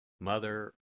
Mother